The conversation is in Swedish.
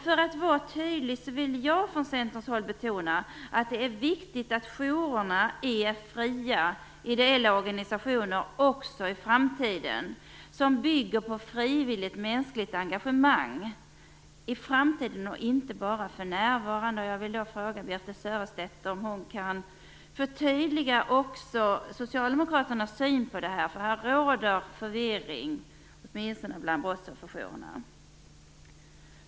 För att vara tydlig vill jag betona att det är viktigt att se till att jourerna också i framtiden är fria ideella organisationer som bygger på frivilligt mänskligt engagemang, inte bara för närvarande. Jag vill fråga Birthe Sörestedt om hon kan förtydliga Socialdemokraternas syn på detta. Det råder förvirring åtminstone bland brottsofferjourerna.